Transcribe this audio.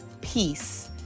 peace